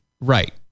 Right